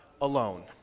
alone